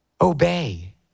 Obey